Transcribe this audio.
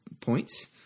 points